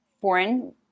foreign